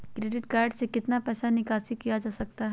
Credit card से कितना पैसा निकासी किया जा सकता है?